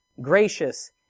gracious